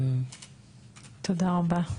תודה רבה.